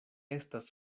estas